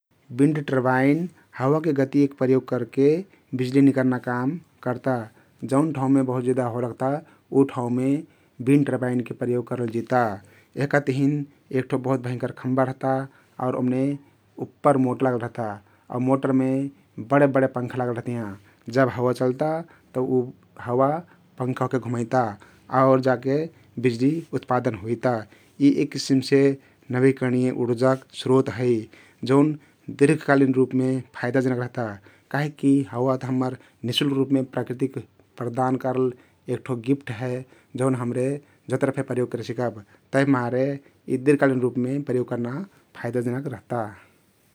Wind turbine हवाके गतीक प्रयोग करके बिजुली निकर्ना काम कर्ता । जउन ठाउँमे बहुत जेदा हवा लग्ता उठाउँमे बिन्ड टर्बाईनके प्रयोग करल जिता । यहका तहिन एक ठो बहुत भयंकर खम्बा रहता आउर ओम्ने उप्पर मोटर लागल रहता आउ मोटरमे बड बड पंखा लागल रहतियाँ । जब हवा चल्ता तउ उ हवा पंखा ओहके घुमैता आउर जाके बिजुली उत्पादन हुइता । यी एक केसिमसे नबिकरणिय उर्जाक स्रोत हइ जउन दिर्घकालिन रुपमे फयदाजनक रहता । कहिकी हवात हम्मर निशुल्क रुपमे प्राकृतिक प्रदान करल एक ठो गिफ्ट हे जउन हम्रे जत्रा फे प्रयोग करे सिकब । तभिमारे यी दिर्घकालिन रुपमे प्रयोग कर्ना फायदाजनक रहता ।